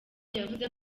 yavuze